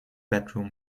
bedroom